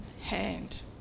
hand